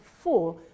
four